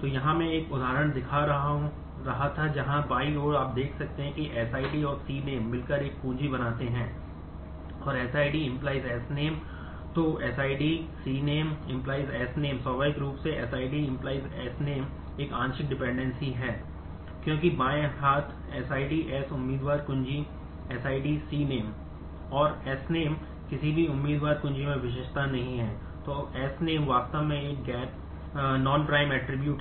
तो यहाँ मैं एक उदाहरण दिखा रहा था जहाँ बाईं ओर आप देख सकते हैं कि SID और Cname मिलकर एक कुंजी